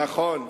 נכון.